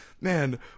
Man